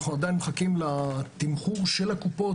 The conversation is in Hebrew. ואנחנו עדיין מחכים לתמחור של הקופות,